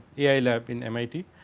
ai lab in mit.